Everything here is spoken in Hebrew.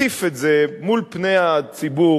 שתציף את זה מול פני הציבור,